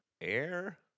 air